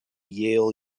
yale